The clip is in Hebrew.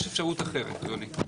יש אפשרות אחרת, אדוני.